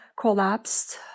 collapsed